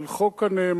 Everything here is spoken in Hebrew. על חוק הנאמנות,